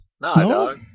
No